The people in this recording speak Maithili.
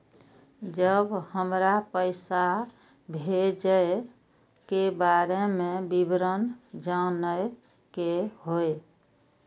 जब हमरा पैसा भेजय के बारे में विवरण जानय के होय?